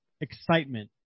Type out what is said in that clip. excitement